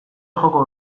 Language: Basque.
joko